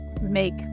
make